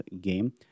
game